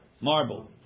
marble